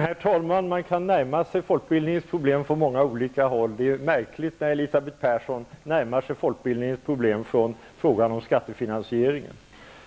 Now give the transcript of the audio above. Herr talman! Man kan närma sig folkbildningens problem från många olika håll. Det är märkligt när Elisabeth Persson närmar sig folkbildningen utifrån frågan om skattefinansieringen.